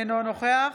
אינו נוכח